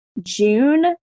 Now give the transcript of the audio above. June